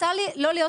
למה לא קשורה לכלום?